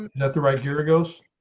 not the right here goes.